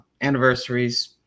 anniversaries